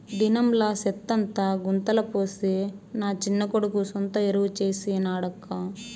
దినంలా సెత్తంతా గుంతల పోసి నా చిన్న కొడుకు సొంత ఎరువు చేసి నాడక్కా